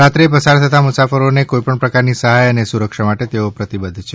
રાત્રે પસાર થતાં મુસાફરોને કોઇ પણ પ્રકારની સહાય અને સુરક્ષા માટે તેઓ પ્રતિબદ્ધ છે